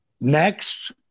Next